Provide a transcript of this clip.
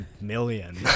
million